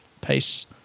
Peace